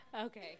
Okay